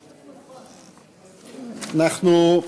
אנחנו,